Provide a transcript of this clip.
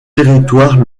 territoire